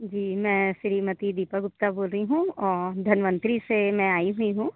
जी मैं श्रीमती दीपा गुप्ता बोल रही हूँ धन्वन्तरि से मैं आई हुई हूँ